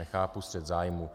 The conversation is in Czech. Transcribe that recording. Nechápu střet zájmů.